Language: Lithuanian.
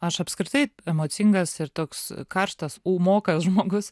aš apskritai emocingas ir toks karštas ūmokas žmogus